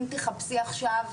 אם תחפשי עכשיו,